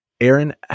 Aaron